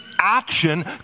action